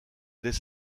dès